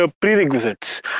prerequisites